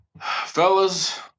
fellas